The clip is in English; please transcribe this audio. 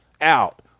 out